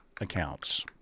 accounts